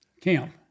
camp